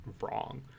wrong